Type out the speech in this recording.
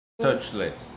Touchless